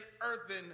earthen